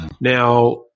Now